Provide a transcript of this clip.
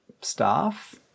staff